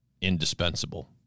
indispensable